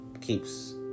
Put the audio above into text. keeps